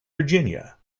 virginia